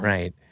Right